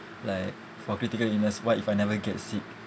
like for critical illness what if I never get sick